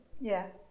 Yes